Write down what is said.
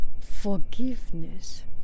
forgiveness